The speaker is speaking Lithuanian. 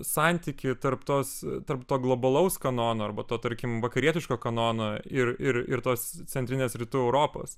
santykį tarp tos tarp to globalaus kanono arba to tarkim vakarietiško kanono ir ir tos centrinės rytų europos